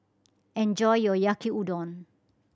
enjoy your Yaki Udon